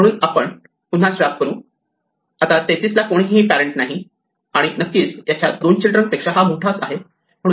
म्हणून आपण हे पुन्हा स्वॅप करू आणि आता 33 ला कोणीही पॅरेण्ट नाही आणि नक्कीच याच्या दोन चिल्ड्रन पेक्षा हा मोठाच आहे